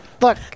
look